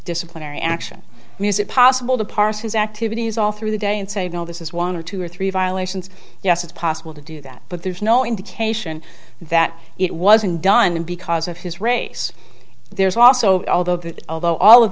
disciplinary action music possible to parse his activities all through the day and saying oh this is one or two or three violations yes it's possible to do that but there's no indication that it wasn't done and because of his race there's also although that although all of